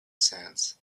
sands